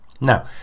Now